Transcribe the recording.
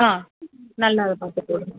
ஆ நல்லதாக பார்த்துப் போடுங்க